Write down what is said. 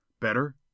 Better